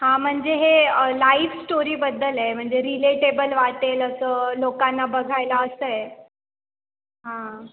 हां म्हणजे हे लाईफ स्टोरीबद्दल आहे म्हणजे रिलेटेबल वाटेल असं लोकांना बघायला असं आहे हां